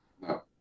No